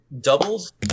doubles